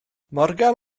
morgan